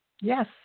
Yes